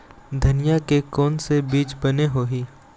धनिया के कोन से बीज बने होही?